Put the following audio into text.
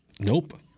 Nope